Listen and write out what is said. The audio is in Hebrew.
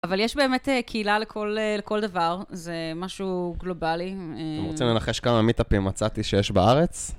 אבל יש באמת קהילה לכל דבר, זה משהו גלובלי. אתם רוצים לנחש כמה מיטאפים מצאתי שיש בארץ?